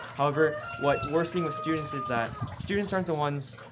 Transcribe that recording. however, what we're seeing with students is that students aren't the ones